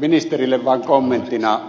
ministerille vaan kommenttina